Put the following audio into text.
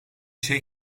şey